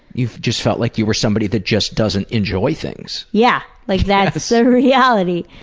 you just felt like you were somebody that just doesn't enjoy things. yeah. like that's the so reality.